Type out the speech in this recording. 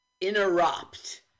interrupt